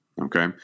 Okay